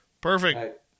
Perfect